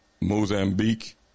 Mozambique